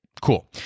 Cool